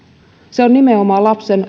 se on nimenomaan lapsen